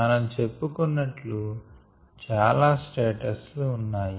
మనం చెప్పుకున్నట్లు చాలా స్టేటస్ లు ఉన్నాయి